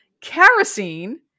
kerosene